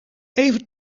even